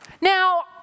Now